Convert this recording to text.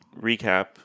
recap